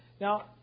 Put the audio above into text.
Now